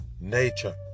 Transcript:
nature